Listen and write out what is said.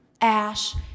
Ash